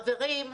חברים,